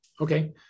Okay